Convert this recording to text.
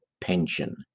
pension